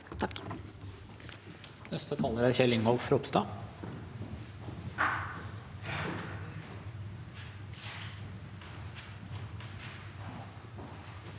Takk